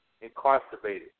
incarcerated